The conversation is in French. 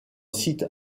site